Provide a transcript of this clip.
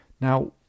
Now